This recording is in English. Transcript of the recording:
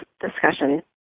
discussion